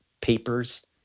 papers